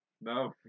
no